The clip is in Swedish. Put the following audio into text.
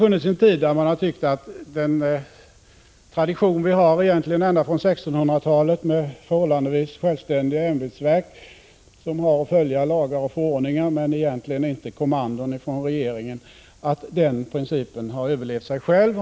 Under en tid har man tyckt att den tradition vi har — ända från 1600-talet egentligen — med förhållandevis självständiga ämbetsverk, som har att följa lagar och förordningar men inte kommandon från regeringen, har överlevt sig själv.